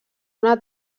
una